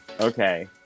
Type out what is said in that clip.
Okay